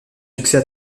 succès